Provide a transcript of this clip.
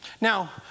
Now